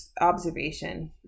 observation